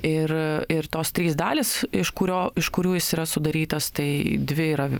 ir ir tos trys dalys iš kurio iš kurių jis yra sudarytos tai dvi yra